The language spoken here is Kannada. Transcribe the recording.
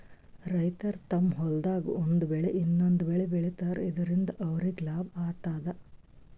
ರೈತರ್ ತಮ್ಮ್ ಹೊಲ್ದಾಗ್ ಒಂದ್ ಬೆಳಿ ಇನ್ನೊಂದ್ ಬೆಳಿ ಬೆಳಿತಾರ್ ಇದರಿಂದ ಅವ್ರಿಗ್ ಲಾಭ ಆತದ್